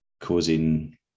causing-